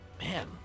man